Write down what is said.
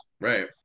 Right